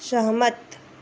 सहमत